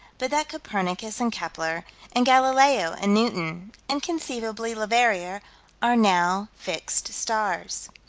but that copernicus and kepler and galileo and newton, and, conceivably, leverrier are now fixed stars.